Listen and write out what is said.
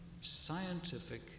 scientific